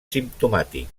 simptomàtic